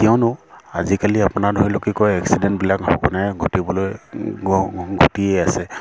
কিয়নো আজিকালি আপোনাৰ ধৰি লওক কি কয় এক্সিডেণ্টবিলাক সঘনাই ঘটিবলৈ ঘটিয়ে আছে